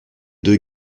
deux